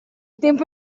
tempo